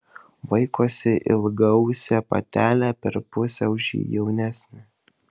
vaikosi ilgaūsę patelę per pusę už jį jaunesnę